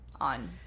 on